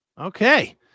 Okay